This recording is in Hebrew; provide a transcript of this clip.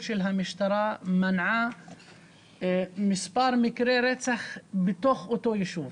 של המשטרה מנעה מספר מקרי רצח בתוך אותו ישוב.